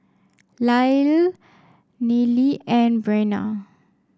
Lyle Nealie and Brenna